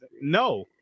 No